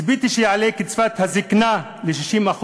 ציפיתי שיעלה את קצבת הזיקנה ל-60%,